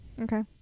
Okay